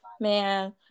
man